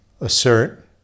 assert